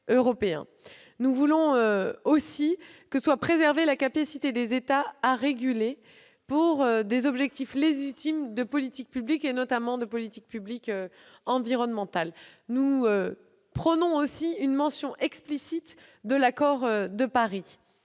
Nous souhaitons aussi que soit préservée la capacité des États à réguler pour des objectifs légitimes de politique publique, notamment en matière environnementale. Nous prônons d'ailleurs une mention explicite de l'accord de Paris.